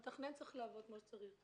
המתכנן צריך לעבוד כמו שצריך.